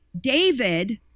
David